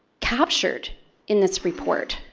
captured in this report.